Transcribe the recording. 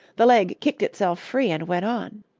the leg kicked itself free and went on.